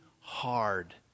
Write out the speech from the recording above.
hard